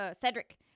Cedric